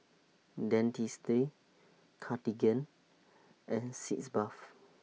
Dentiste Cartigain and Sitz Bath